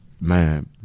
man